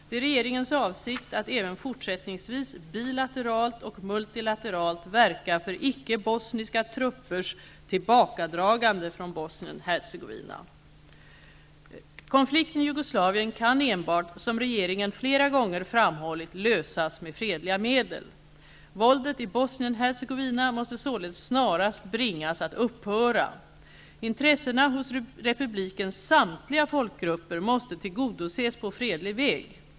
Det är regeringens avsikt att även fortsättningsvis bilateralt och multilateralt verka för icke-bosniska truppers tillbakadragande från Bosnien Konflikten i Jugoslavien kan, som regeringen flera gånger framhållit, lösas enbart med fredliga medel. Våldet i Bosnien-Hercegovina måste således snarast bringas att upphöra. Intressena hos republikens samtliga folkgrupper måste tillgodoses på fredlig väg.